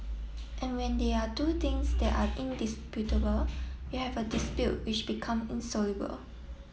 and when there are two things they are indisputable you have a dispute which become insoluble